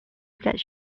gets